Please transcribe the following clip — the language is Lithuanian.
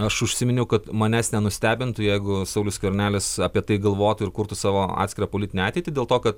aš užsiminiau kad manęs nenustebintų jeigu saulius skvernelis apie tai galvotų ir kurtų savo atskirą politinę ateitį dėl to kad